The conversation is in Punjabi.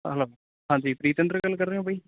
ਹੈਲੋ ਹਾਂਜੀ ਪ੍ਰੀਤਇੰਦਰ ਗੱਲ ਕਰ ਰਹੇ ਹੋ ਬਾਈ